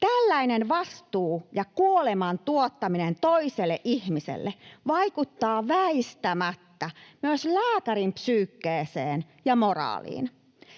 Tällainen vastuu ja kuoleman tuottaminen toiselle ihmiselle vaikuttaa väistämättä myös lääkärin psyykeen ja moraaliin.